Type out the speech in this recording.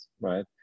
right